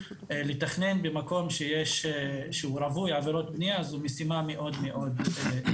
לתכנן במקום שהוא רווי עבירות בנייה זו משימה מאוד קשה.